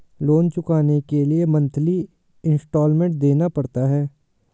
loan चुकाने के लिए मंथली इन्सटॉलमेंट देना पड़ता है